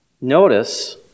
notice